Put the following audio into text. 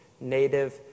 native